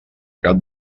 cap